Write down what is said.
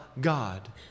God